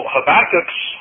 Habakkuk's